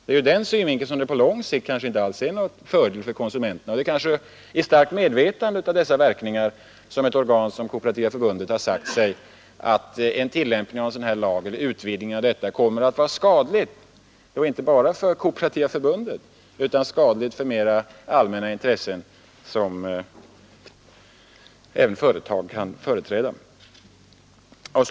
Ur den synvinkeln är det kanske på lång sikt inte alls någon fördel för konsumenterna med en prisreglering. Och det är måhända i starkt medvetande om dessa negativa verkningar som ett organ som Kooperativa förbundet har sagt sig att en utvidgning av lagen kommer att vara skadlig inte bara för Kooperativa förbundet utan också för mera allmänna intressen, som även företagen företräder.